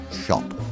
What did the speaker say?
shop